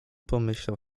pomyślał